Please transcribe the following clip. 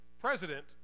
president